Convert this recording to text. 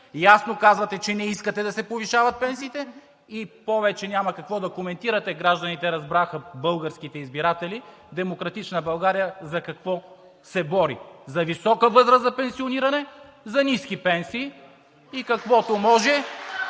Ясно казахте, че не искате да се повишават пенсиите и повече няма какво да коментирате. Гражданите – българските избиратели – разбраха „Демократична България“ за какво се бори – за висока възраст за пенсиониране, за ниски пенсии и каквото може,